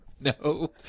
No